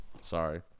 Sorry